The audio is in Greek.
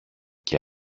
και